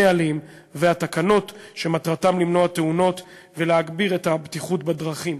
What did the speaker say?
הנהלים והתקנות שמטרתם למנוע תאונות ולהגביר את הבטיחות בדרכים.